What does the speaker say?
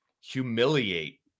humiliate